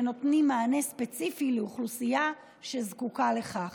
שנותנים מענה ספציפי לאוכלוסייה שזקוקה לכך.